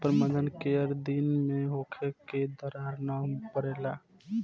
जल प्रबंधन केय दिन में होखे कि दरार न परेला?